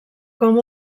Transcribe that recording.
com